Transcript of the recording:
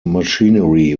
machinery